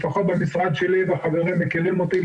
לפחות במשרד שלי והחברים מכירים אותי,